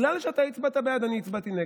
ולכן, בגלל שאתה הצבעת בעד, אני הצבעתי נגד.